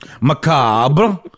Macabre